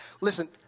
Listen